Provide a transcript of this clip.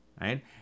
right